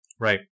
Right